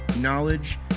knowledge